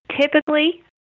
Typically